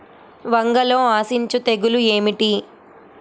వంగలో ఆశించు తెగులు ఏమిటి?